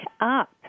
up